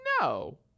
No